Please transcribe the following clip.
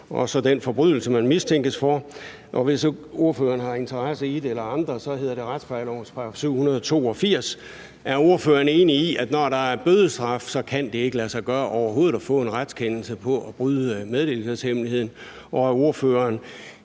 og så den forbrydelse, man mistænkes for? Og hvis ordføreren eller andre har interesse i det, er det retsplejelovens § 782. Er ordføreren enig i, at når der er bødestraf, kan det ikke lade sig gøre overhovedet at få en retskendelse på at bryde meddelelseshemmeligheden? Og er ordføreren